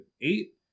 eight